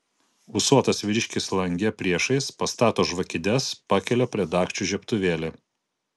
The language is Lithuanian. ūsuotas vyriškis lange priešais pastato žvakides pakelia prie dagčių žiebtuvėlį